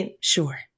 Sure